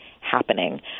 happening